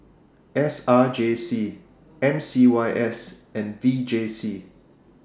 S R J C M C Y S and V J C